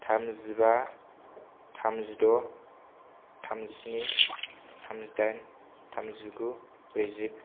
थामजिबा थामजिद' थामजिस्नि थामजि दाइन थामजिगु ब्रैजि